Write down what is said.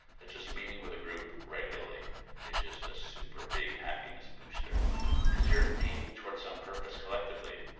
it's just meeting with a group regularly is just a super big happiness booster because you're aiming towards some purpose collectively,